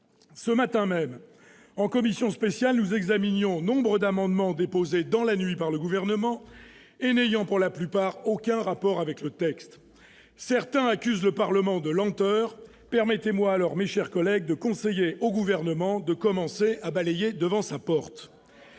Ce matin même, en commission spéciale, nous avons examiné nombre d'amendements déposés dans la nuit par le Gouvernement et n'ayant, pour la plupart, aucun rapport avec l'objet du texte. Certains accusent le Parlement de lenteur : que l'on me permette de conseiller au Gouvernement de commencer par balayer devant sa porte